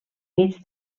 mig